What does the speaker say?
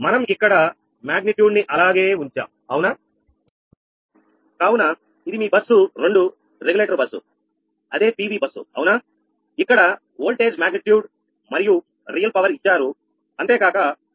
మనం ఇక్కడ మాగ్నిట్యూడ్ నీ అలాగే ఉంచాం అవునా కావున ఇది మీ బస్సు 2 రెగ్యులేటర్ బస్సు అదే పివి బస్సు అవునా ఇక్కడ వోల్టేజ్ మాగ్నిట్యూడ్ మరియు రియల్ పవర్ ఇచ్చారు అంతేకాక పి